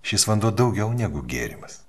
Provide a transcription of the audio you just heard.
šis vanduo daugiau negu gėrimas